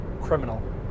criminal